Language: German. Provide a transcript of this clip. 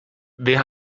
wer